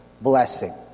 blessing